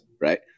right